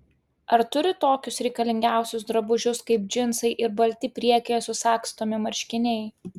ar turi tokius reikalingiausius drabužius kaip džinsai ir balti priekyje susagstomi marškiniai